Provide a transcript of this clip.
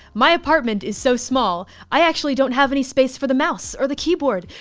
my apartment is so small. i actually don't have any space for the mouse or the keyboard.